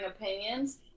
opinions